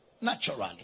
naturally